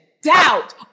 Doubt